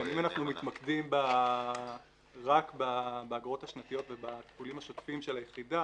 אם מתמקדים רק באגרות השנתיות ובטיפולים השוטפים של היחידה